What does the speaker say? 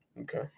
Okay